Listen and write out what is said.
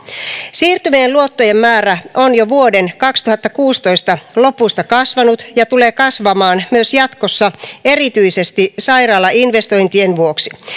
siirtyvien luottojen määrä on jo vuoden kaksituhattakuusitoista lopusta kasvanut ja tulee kasvamaan myös jatkossa erityisesti sairaalainvestointien vuoksi